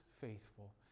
faithful